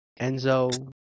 Enzo